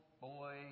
boy